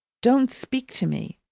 don't speak to me.